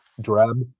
drab